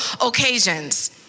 occasions